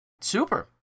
Super